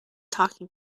talking